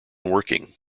working